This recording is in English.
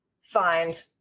find